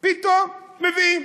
פתאום מביאים.